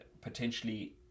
potentially